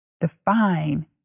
define